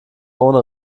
ohne